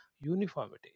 uniformity